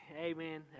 Amen